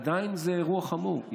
עדיין זה אירוע חמור.